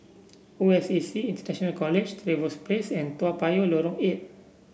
O S A C International College Trevose Place and Toa Payoh Lorong Eight